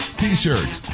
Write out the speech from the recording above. t-shirts